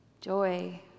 joy